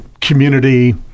community